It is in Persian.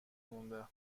مونده